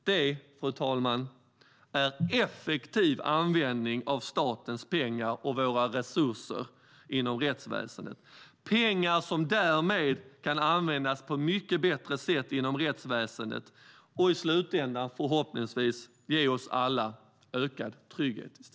Det, fru talman, är effektiv användning av statens pengar och våra resurser inom rättsväsendet - pengar som därmed kan användas på ett mycket bättre sätt inom rättsväsendet och i slutändan förhoppningsvis ge oss alla ökad trygghet.